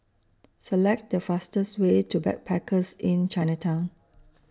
Select The fastest Way to Backpackers Inn Chinatown